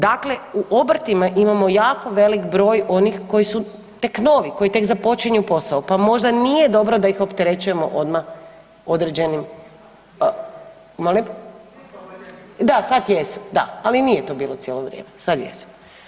Dakle, u obrtima imamo jako veliki broj onih koji su tek novi, koji tek započinju posao pa možda nije dobro da ih opterećujemo odmah određenim… … [[Upadica sa strane, ne razumije se.]] Molim? … [[Upadica sa strane, ne razumije se.]] Da, sad jesu, da, ali nije to bilo cijelo vrijeme, sad jesu.